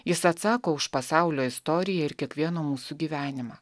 jis atsako už pasaulio istoriją ir kiekvieno mūsų gyvenimą